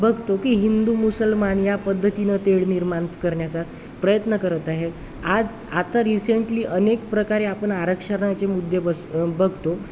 बघतो की हिंदू मुसलमान या पद्धतीनं तेढ निर्माण करण्याचा प्रयत्न करत आहे आज आता रिसेंटली अनेक प्रकारे आपण आरक्षणाचे मुद्दे बस बघतो